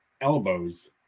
elbows